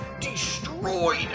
destroyed